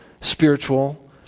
spiritual